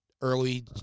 early